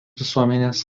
visuomenės